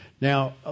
Now